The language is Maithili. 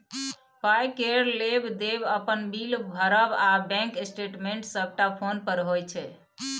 पाइ केर लेब देब, अपन बिल भरब आ बैंक स्टेटमेंट सबटा फोने पर होइ छै